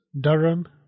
Durham